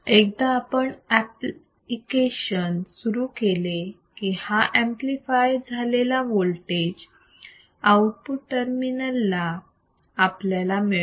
एकदा आपण अंपलिफिकेशन सुरू केले की हा ऍम्प्लिफाय झालेला वोल्टेज आउटपुट टर्मिनल ला आपल्याला मिळतो